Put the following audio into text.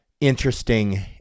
interesting